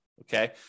Okay